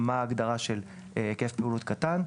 מהי ההגדרה של היקף פעילות קטן,